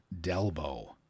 Delbo